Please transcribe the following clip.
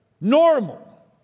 normal